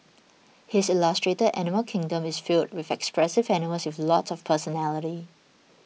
his illustrated animal kingdom is filled with expressive animals with lots of personality